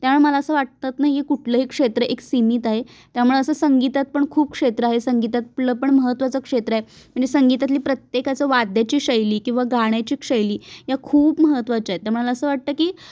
त्यामुळे मला असं वाटत नाही कुठलंही एक क्षेत्र एक सीमित आहे त्यामुळे असं संगीतात पण खूप क्षेत्र आहे संगीतातलं पण महत्त्वाचं क्षेत्र आहे म्हणजे संगीतातली प्रत्येकाचं वाद्याची शैली किंवा गाण्याची शैली या खूप महत्त्वाच्या आहेत त्या मला असं वाटतं की